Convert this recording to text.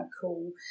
cool